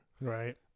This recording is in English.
Right